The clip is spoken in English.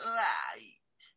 light